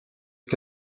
que